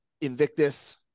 invictus